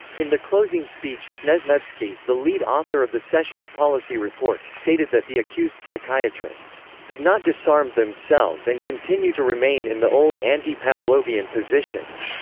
in the closing speech snezhnevsky, the lead author of the session's policy report, stated that the accused psychiatrists have not disarmed themselves and continue to remain in the old anti-pavlovian positions,